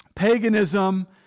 paganism